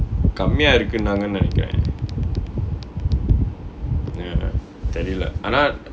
கம்மியா இருக்குன்னாங்க நெனைக்குற:kammiyaa irukkunnaanga nenaikkura ya தெரில ஆனா:therila aanaa